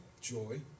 joy